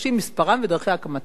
מספרם ודרכי הקמתם,